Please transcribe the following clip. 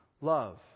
love